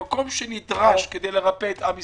למקום שנדרש כדי לרפא את עם ישראל.